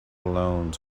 loans